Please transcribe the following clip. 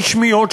רשמיות,